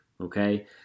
okay